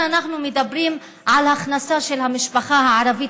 אנחנו מדברים על הכנסה של המשפחה הערבית,